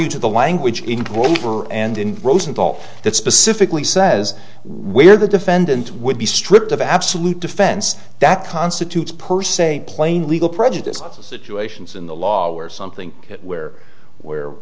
you to the language in cooper and in rosenthal that specifically says where the defendant would be stripped of absolute defense that constitutes per se plain legal prejudice to situations in the law or something where where